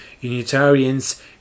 Unitarians